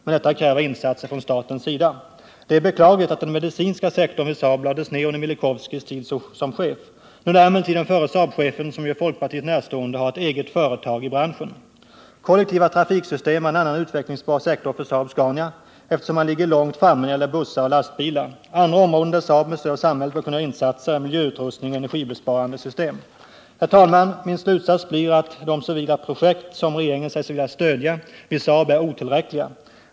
Men detta kräver insatser från statens sida. Det är beklagligt att den medicinska sektorn vid Saab lades ner under Curt Mileikowskys tid som chef. Nu lär emellertid den förre Saab-chefen, som ju är folkpartiet närstående, ha ett eget företag i branschen. Kollektiva trafiksystem är en annan utvecklingsbar sektor för Saab-Scania, eftersom man ligger långt framme när det gäller bussar och lastbilar. Andra områden där Saab med stöd av samhället bör kunna göra insatser är miljöutrustning och energibesparande system. Herr talman! Min slutsats blir att de civila projekt som regeringen säger sig vilja stödja vid Saab är otillräckliga.